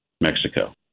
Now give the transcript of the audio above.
Mexico